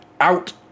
out